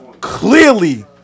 Clearly